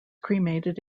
cremated